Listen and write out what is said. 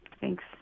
Thanks